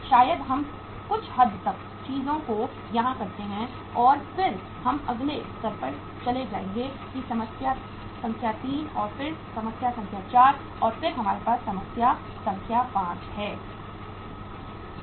शायद हम कुछ हद तक चीजों को यहां करते हैं और फिर हम अगले स्तर पर चले जाएंगे कि समस्या संख्या 3 और फिर समस्या संख्या 4 है और फिर हमारे पास समस्या संख्या 5 है